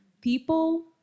people